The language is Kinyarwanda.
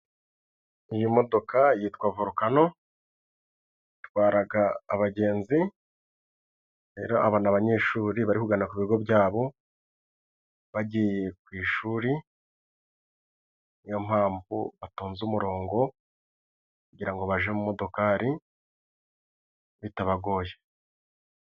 Iyi modoka yitwa volukano. Itwara abagenzi. Rero aba ni abanyeshuri bari kugana ku bigo byabo, bagiye ku ishuri. Niyo mpamvu batonze umurongo kugira ngo bajye mu modokari bitabagoye.